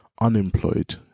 unemployed